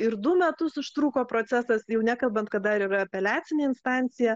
ir du metus užtruko procesas jau nekalbant kad dar yra apeliacinė instancija